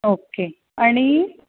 okay आनी